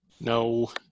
No